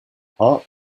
hark